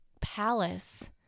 palace